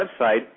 website